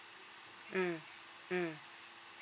mm mm